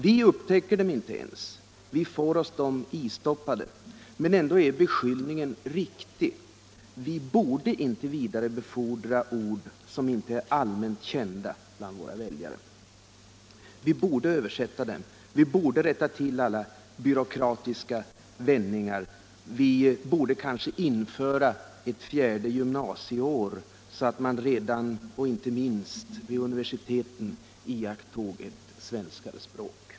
Vi upptäcker dem inte ens. Vi får oss dem istoppade. Men ändå är beskyllningen riktig. Vi borde inte vidarebefordra ord, som inte är allmänt kända bland våra väljare. Vi borde översätta dem och rätta till alla byråkratiska vändningar. Vi borde kanske införa ett fjärde gymnasieår, så att man redan och inte minst vid universiteten iakttog ett svenskare språk.